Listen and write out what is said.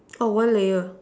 oh one layer